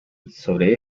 sobre